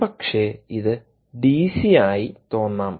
ഒരുപക്ഷേ ഇത് ഡിസി ആയി തോന്നാം